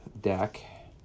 deck